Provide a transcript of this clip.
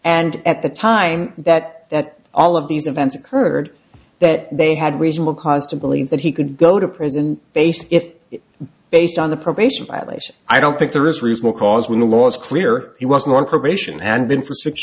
and at the time that that all of these events occurred that they had reasonable cause to believe that he could go to prison based if based on the probation violation i don't think there is reason because when the law is clear he wasn't on probation and been for six